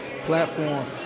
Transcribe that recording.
platform